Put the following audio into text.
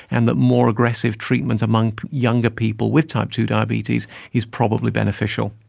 and that more aggressive treatment among younger people with type two diabetes is probably beneficial.